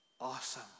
awesome